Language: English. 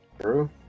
True